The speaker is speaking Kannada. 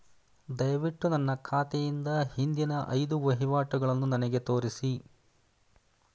ದಯವಿಟ್ಟು ನನ್ನ ಖಾತೆಯಿಂದ ಹಿಂದಿನ ಐದು ವಹಿವಾಟುಗಳನ್ನು ನನಗೆ ತೋರಿಸಿ